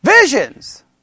visions